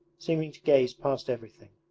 seeming to gaze past everything.